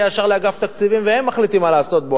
ישר לאגף התקציבים והם מחליטים מה לעשות בו.